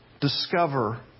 discover